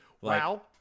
Wow